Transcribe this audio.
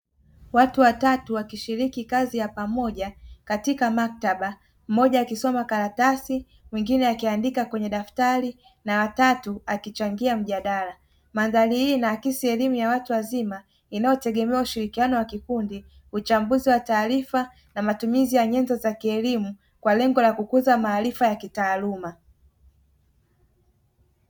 Watu watatu wakishiriki kazi pamoja katika maktaba. Mmoja akisoma karatasi, mwingine akiandika kwenye daftari na watatu akichangia mjadala. Mandhari hii inaakisi elimu ya watu wazima inayotegemea ushirikiano wa kikundi, uchambuzi wa taarifa na matumizi ya nyenzo za kielimu kwa lengo la kukuza maarifa ya kitaaluma.